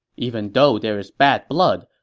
even though there is bad blood,